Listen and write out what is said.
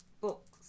books